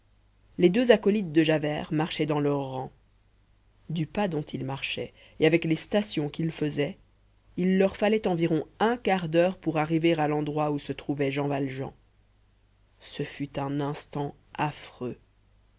les deux acolytes de javert marchaient dans leurs rangs du pas dont ils marchaient et avec les stations qu'ils faisaient il leur fallait environ un quart d'heure pour arriver à l'endroit où se trouvait jean valjean ce fut un instant affreux